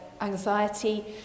anxiety